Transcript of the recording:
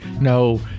no